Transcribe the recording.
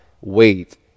wait